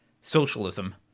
socialism